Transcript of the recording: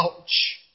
Ouch